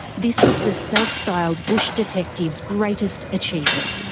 this was the self-styled bush detective's greatest achievement.